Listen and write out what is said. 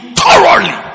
thoroughly